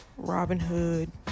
Robinhood